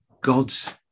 God's